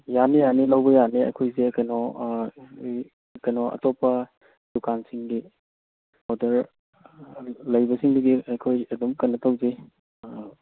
ꯌꯥꯅꯤ ꯌꯥꯅꯤ ꯂꯧꯕ ꯌꯥꯅꯤ ꯑꯩꯈꯣꯏꯁꯦ ꯀꯩꯅꯣ ꯀꯩꯅꯣ ꯑꯇꯣꯞꯄ ꯗꯨꯀꯥꯟꯁꯤꯡꯒꯤ ꯑꯣꯔꯗꯔ ꯂꯩꯕꯁꯤꯡꯗꯨꯒꯤ ꯑꯩꯈꯣꯏ ꯑꯗꯨꯝ ꯀꯩꯅꯣ ꯇꯧꯖꯩ